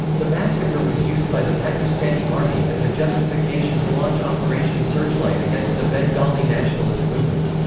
the massacre was used by the pakistani army as a justification to launch operation searchlight against the bengali nationalist movement.